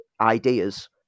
ideas